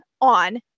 on